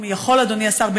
אם יכול אדוני השר,